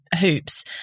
hoops